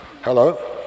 Hello